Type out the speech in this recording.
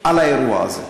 על האירוע הזה.